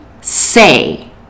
say